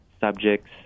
subjects